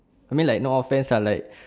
I mean like no offense lah uh like